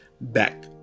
back